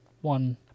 one